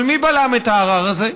אבל מי בלם את הערר הזה?